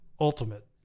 Ultimate